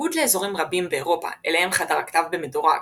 בניגוד לאזורים רבים באירופה אליהם חדר הכתב במדורג,